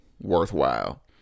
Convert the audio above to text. worthwhile